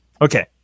Okay